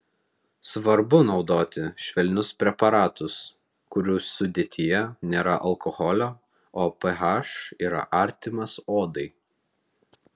svarbu naudoti švelnius preparatus kurių sudėtyje nėra alkoholio o ph yra artimas odai